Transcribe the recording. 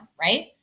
right